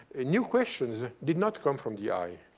ah new questions did not come from the eye.